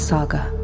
Saga